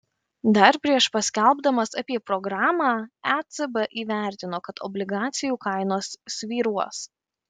dar prieš paskelbdamas apie programą ecb įvertino kad obligacijų kainos svyruos